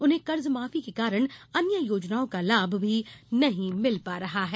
उन्हें कर्जमाफी के कारण अन्य योजनाओं का लाभ भी नहीं मिल पा रहा है